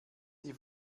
die